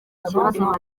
kibazo